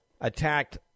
attacked